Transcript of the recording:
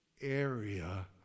area